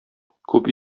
күп